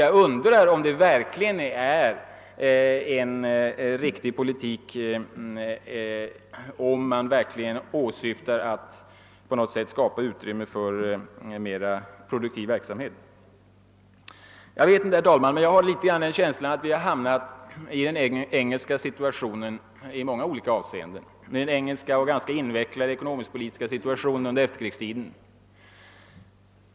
Jag undrar om det är en riktig politik om man verkligen åsyftar att skapa utrymme för en mer produktiv verksamhet. Jag har, herr talman, en känsla av att vi i många avseenden har hamnat i den engelska situationen med det invecklade ekonomisk-politiska läge som England har fört under efterkrigstiden.